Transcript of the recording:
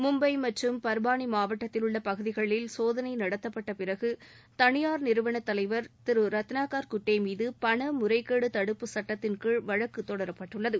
மும்பை மற்றும் பர்பானி மாவட்டத்திலுள்ள பகுதிகளில் சோதனை நடத்தப்பட்ட பிறகு தனியார் நிறுவன தலைவர் திரு ரத்னாகர் குட்டேமீது பண முறைகேடு தடுப்பு சுட்டத்தின் கீழ் வழக்கு தொடரப்பட்டுள்ளது